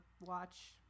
watch